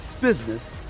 business